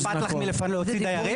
לא אכפת לך להוציא דיירים?